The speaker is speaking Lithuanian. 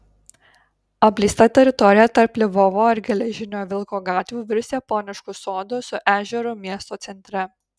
apleista teritorija tarp lvovo ir geležinio vilko gatvių virs japonišku sodu su ežeru miesto centre